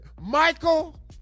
Michael